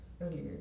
earlier